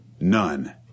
None